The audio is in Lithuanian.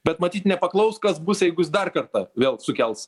bet matyt nepaklaus kas bus jeigu jis dar kartą vėl sukels